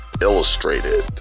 illustrated